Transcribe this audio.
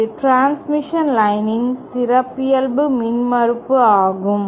இது டிரான்ஸ்மிஷன் லைனின் சிறப்பியல்பு மின்மறுப்பு ஆகும்